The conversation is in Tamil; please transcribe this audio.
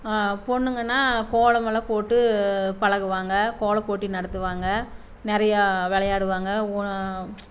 பொண்ணுங்கன்னா கோலம் எல்லாம் போட்டு பழகுவாங்க கோலப்போட்டி நடத்துவாங்க நிறையா விளையாடுவாங்க